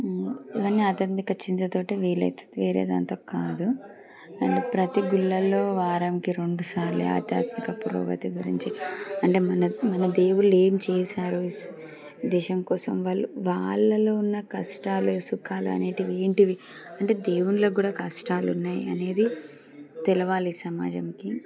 ఇవన్నీ ఆధ్యాత్మిక చింతతోని వీలు అవుతుంది వేరే దాంతో కాదు అండ్ ప్రతీ గుళ్ళల్లో వారంకి రెండుసార్లు ఆధ్యాత్మిక పురోగతి గురించి అంటే మన మన దేవుళ్ళు ఏం చేసారు ఈ దేశం కోసం వాళ్ళు వాళ్ళలో ఉన్న కష్టాలు సుఖాలు అనేటివి ఏంటివి అంటే దేవునిలో కూడా కష్టాలు ఉన్నాయి అనేది తెలియాలి సమాజంకి